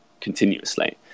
continuously